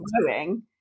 growing